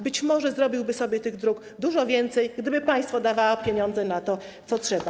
Być może zrobiłby sobie tych dróg dużo więcej, gdyby państwo dawało pieniądze na to, co trzeba.